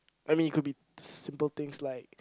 I mean it could be simple things like